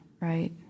right